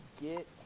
get